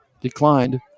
declined